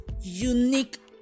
unique